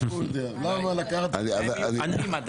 אפילו אלקין אמר